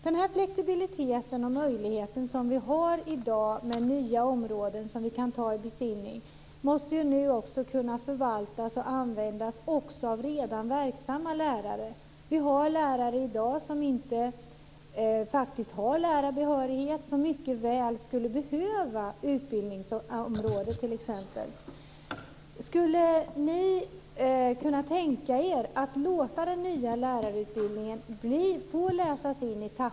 Den flexibilitet och möjlighet som vi har i dag med nya områden som vi kan ta i besittning måste nu kunna förvaltas och användas också av redan verksamma lärare. Vi har lärare i dag som faktiskt inte har lärarbehörighet och som mycket väl skulle behöva t.ex. det här med utbildningsområde. Skulle ni kunna tänka er att låta den nya lärarutbildningen få läsas in etappvis?